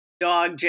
dog